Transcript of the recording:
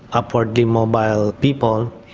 upwardly mobile people,